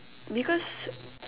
because